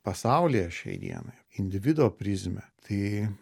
pasaulyje šiai dienai individo prizmę tai